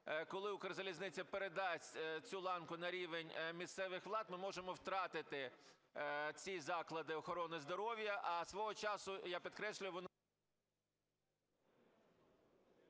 коли Укрзалізниця передасть цю ланку на рівень місцевих влад, ми можемо втратити ці заклади охорони здоров'я,